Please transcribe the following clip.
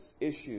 issues